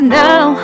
now